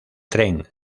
tren